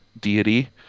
deity